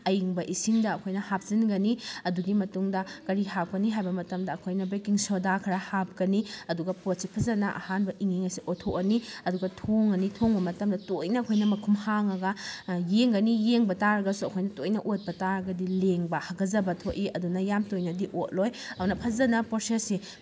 ꯑꯌꯤꯡ ꯏꯁꯤꯡꯗ ꯑꯩꯈꯣꯏꯅ ꯍꯥꯞꯆꯤꯟꯒꯅꯤ ꯑꯗꯨꯒꯤ ꯃꯇꯨꯡꯗ ꯀꯔꯤ ꯍꯥꯞꯀꯅꯤ ꯍꯥꯏꯕ ꯃꯇꯝꯗ ꯑꯩꯈꯣꯏꯅ ꯕꯦꯀꯤꯡ ꯁꯣꯗꯥ ꯈꯔ ꯍꯥꯞꯀꯅꯤ ꯑꯗꯨꯒ ꯄꯣꯠꯁꯤ ꯐꯖꯅ ꯑꯍꯥꯟꯕ ꯏꯪꯉꯤꯉꯩꯁꯤꯗ ꯑꯣꯠꯊꯣꯛꯑꯅꯤ ꯑꯗꯨꯒ ꯊꯣꯡꯉꯅꯤ ꯊꯣꯡꯕ ꯃꯇꯝꯗ ꯇꯣꯏꯅ ꯑꯩꯈꯣꯏꯅ ꯃꯈꯨꯝ ꯍꯥꯡꯉꯒ ꯌꯦꯡꯒꯅꯤ ꯌꯦꯡꯕ ꯇꯥꯔꯒꯁꯨ ꯑꯩꯈꯣꯏꯅ ꯇꯣꯏꯅ ꯑꯣꯠꯄ ꯇꯥꯔꯒꯗꯤ ꯂꯦꯡꯕ ꯍꯥꯀꯠꯆꯕ ꯊꯣꯛꯏ ꯑꯗꯨꯅ ꯌꯥꯝ ꯇꯣꯏꯅꯗꯤ ꯑꯣꯠꯂꯣꯏ ꯑꯗꯨꯅ ꯐꯖꯅ ꯄ꯭ꯔꯣꯁꯦꯁꯁꯤ